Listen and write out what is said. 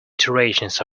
iterations